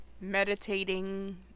Meditating